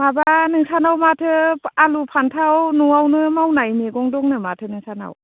माबा नोंसानाव माथो आलु फान्थाव न'आवनो मावनाय मैगं दंनो माथो नोंसानाव